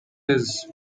his